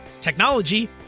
technology